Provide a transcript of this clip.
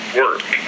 work